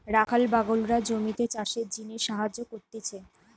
রাখাল বাগলরা জমিতে চাষের জিনে সাহায্য করতিছে